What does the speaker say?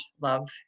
love